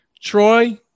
Troy